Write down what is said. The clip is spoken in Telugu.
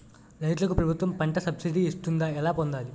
రైతులకు ప్రభుత్వం పంట సబ్సిడీ ఇస్తుందా? ఎలా పొందాలి?